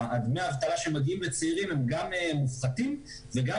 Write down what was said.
דמי האבטלה שמגיעים לצעירים הם גם מופחתים וגם